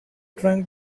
trying